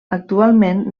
actualment